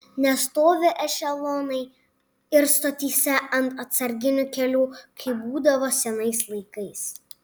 nestovi ešelonai ir stotyse ant atsarginių kelių kaip būdavo senais laikais